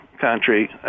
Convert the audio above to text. country